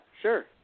sure